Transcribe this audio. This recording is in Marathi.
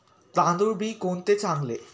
तांदूळ बी कोणते चांगले?